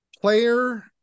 player